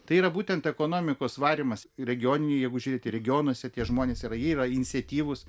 tai yra būtent ekonomikos varymas regioniniai jeigu žiūrėti regionuose tie žmonės yra yra iniciatyvūs